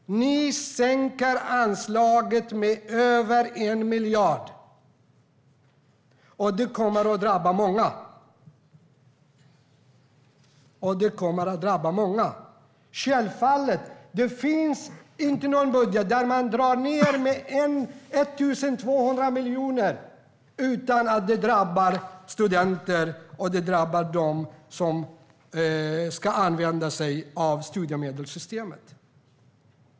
Ni sänker anslaget med över 1 miljard, och det kommer att drabba många. Självfallet finns det inte någon budget där man drar ned med 1 200 miljoner utan att det drabbar studenter och dem som ska använda sig av studiemedelssystemet.